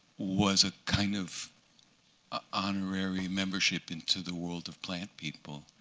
was a kind of honorary membership into the world of plant people,